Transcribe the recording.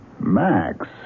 Max